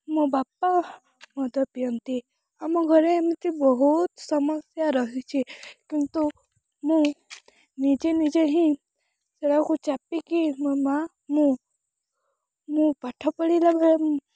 ମୋ ବାପା ମଦ ପିଅନ୍ତି ଆମ ଘରେ ଏମିତି ବହୁତ ସମସ୍ୟା ରହିଛି କିନ୍ତୁ ମୁଁ ନିଜେ ନିଜେ ହିଁ ସେଇଆକୁ ଚାପିକି ମୋ ମାଆ ମୁଁ ମୁଁ ପାଠ ପଢ଼ିଲା ବେଳେ